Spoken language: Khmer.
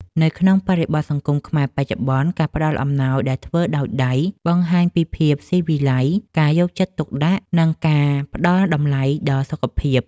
នៅក្នុងបរិបទសង្គមខ្មែរបច្ចុប្បន្ន ការផ្តល់អំណោយដែលធ្វើដោយដៃ បង្ហាញពីភាពស៊ីវិល័យ ការយកចិត្តទុកដាក់ និងការផ្តល់តម្លៃដល់សុខភាព។